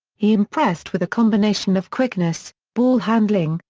he impressed with a combination of quickness, ball handling,